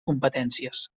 competències